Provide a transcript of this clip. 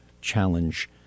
challenge